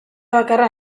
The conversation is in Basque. bakarra